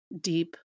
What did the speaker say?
deep